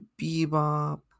Bebop